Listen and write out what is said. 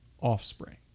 offspring